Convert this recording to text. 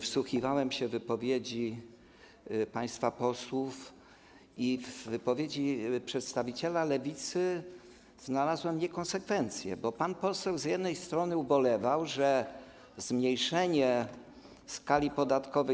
Wsłuchiwałem się w wypowiedzi państwa posłów i w wypowiedzi przedstawiciela Lewicy znalazłem niekonsekwencję, bo pan poseł z jednej strony ubolewał, że zmniejszenie skali podatkowej.